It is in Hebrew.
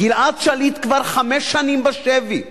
גלעד שליט כבר חמש שנים בשבי.